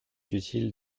utile